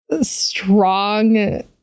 strong